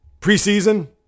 Preseason